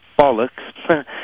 bollocks